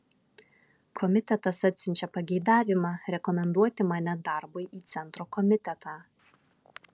komitetas atsiunčia pageidavimą rekomenduoti mane darbui į centro komitetą